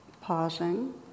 pausing